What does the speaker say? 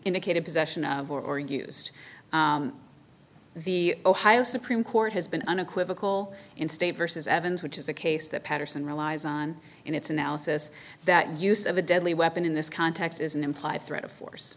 indicated possession or used the ohio supreme court has been unequivocal in state versus evans which is a case that patterson relies on in its analysis that use of a deadly weapon in this context is an implied threat of force